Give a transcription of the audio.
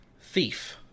thief